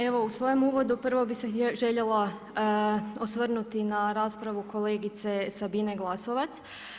Evo u svojem uvodu prvo bih se željela osvrnuti na raspravu kolegice Sabine Glasovac.